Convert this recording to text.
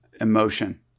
emotion